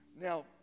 Now